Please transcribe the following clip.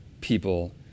people